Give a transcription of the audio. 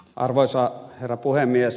arvoisa herra puhemies